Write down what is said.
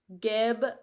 Gib